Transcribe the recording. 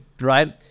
right